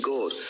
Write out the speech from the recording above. God